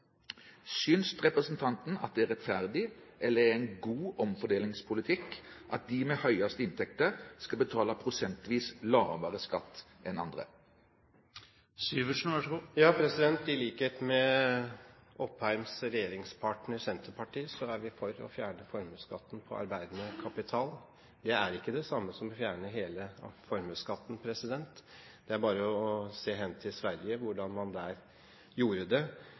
Synes representanten at det er rettferdig, eller at det er en god omfordelingspolitikk, at de med de høyeste inntektene skal betale prosentvis lavere skatt enn andre? I likhet med Opheims regjeringspartner Senterpartiet er vi for å fjerne formuesskatten på arbeidende kapital. Det er ikke det samme som å fjerne hele formuesskatten. Det er bare å se hen til Sverige hvordan man har gjort det